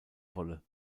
wolle